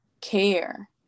care